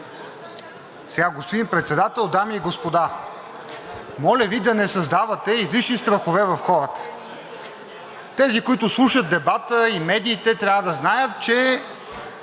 (ДБ): Господин Председател, дами и господа! Моля Ви да не създавате излишни страхове в хората. Тези, които слушат дебата и медиите, трябва да знаят, че